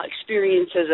experiences